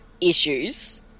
issues